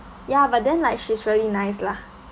ya but then like she's really nice lah